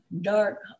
dark